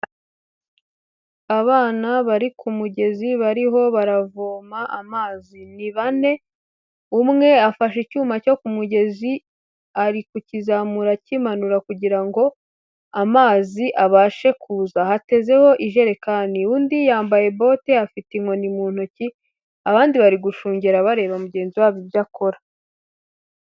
Abana bari ku mugezi bariho baravoma amazi, ni bane umwe afashe icyuma cyo ku mugezi ari kukizamura kimanura kugira ngo amazi abashe kuza, hatezeho ijerekani, undi yambaye bote afite inkoni mu ntoki, abandi bari gushungera bareba mugenzi wabo ibyo akora.